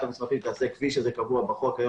המסמכים תיעשה כפי שזה קבוע היום בחוק,